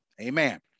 Amen